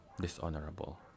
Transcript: dishonorable